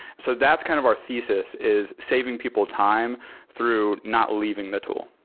so that's kind of our thesis, is saving people time through not leaving the tool.